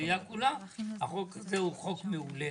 ובראייה כולה החוק הזה הוא חוק מעולה